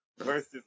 Versus